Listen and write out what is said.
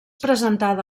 presentada